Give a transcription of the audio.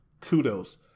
Kudos